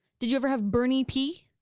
did you ever have burny pee?